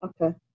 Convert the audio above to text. okay